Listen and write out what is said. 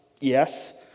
yes